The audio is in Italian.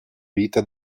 vita